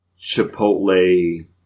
Chipotle